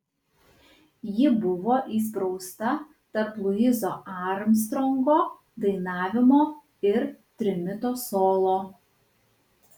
ji buvo įsprausta tarp luiso armstrongo dainavimo ir trimito solo